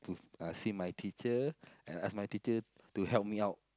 to uh see my teacher and ask my teacher to help me out